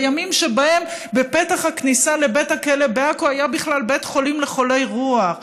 בימים שבהם בפתח הכניסה לבית הכלא בעכו היה בכלל בית חולים לחולי רוח.